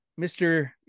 Mr